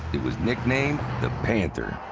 it was nicknamed the panther.